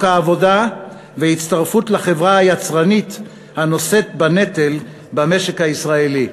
העבודה והצטרפות לחברה היצרנית הנושאת בנטל במשק הישראלי.